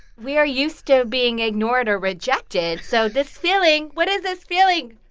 we are used to being ignored or rejected. so this feeling what is this feeling?